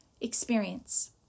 experience